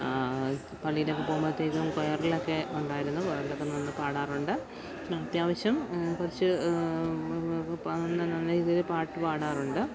പള്ളിയിലൊക്കെ പോകുമ്പോഴത്തേക്കും കൊയറിലൊക്കെ ഉണ്ടായിരുന്നു കൊയറിലൊക്കെ നമ്മൾ പാടാറുണ്ട് അത്യാവശ്യം കുറച്ച് പാടും നല്ല രീതിയിൽ പാട്ടു പാടാറുണ്ട്